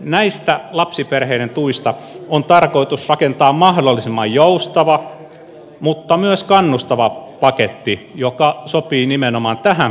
näistä lapsiperheiden tuista on tarkoitus rakentaa mahdollisimman joustava mutta myös kannustava paketti joka sopii nimenomaan tähän päivään